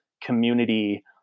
community